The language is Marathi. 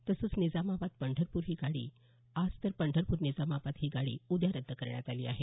तसंच निजामाबाद पंढरपूर ही गाडी आज तर पंढरपूर निजामाबाद ही गाडी उद्या रद्द करण्यात आली आहे